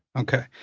okay.